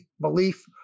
belief